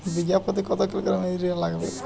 বিঘাপ্রতি কত kilogram urea লাগবে?